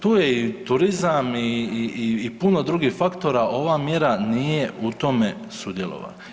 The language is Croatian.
Tu je i turizam i puno drugih faktora, ova mjera nije u tome sudjelovala.